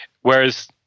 whereas